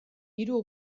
hiru